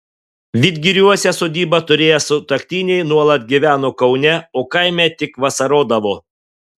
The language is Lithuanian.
vidgiriuose sodybą turėję sutuoktiniai nuolat gyveno kaune o kaime tik vasarodavo